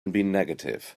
negative